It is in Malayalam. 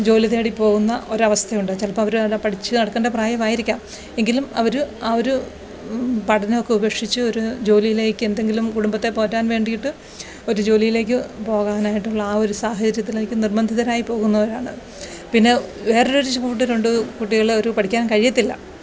ജോലി തേടി പോവുന്ന ഒരു അവസ്ഥയുണ്ട് ചെലപ്പം അവർ നല്ല പഠിച്ച് നടക്കേണ്ട പ്രായമായിരിക്കാം എങ്കിലും അവർ ആ ഒരു പഠനമൊക്കെ ഉപേക്ഷിച്ച് ഒരു ജോലിയിലേക്ക് എന്തെങ്കിലും കുടുംബത്തെ പോറ്റാന് വേണ്ടിയിട്ട് ഒരു ജോലിയിലേക്ക് പോകാനായിട്ടുള്ള ആ ഒരു സാഹചര്യത്തിലേക്ക് നിര്ബന്ധിതരായി പോകുന്നവരാണ് പിന്നെ വേറൊരു കൂട്ടരുണ്ട് കുട്ടികൾ അവർ പഠിക്കാന് കഴിയത്തില്ല